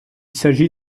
s’agit